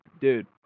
Dude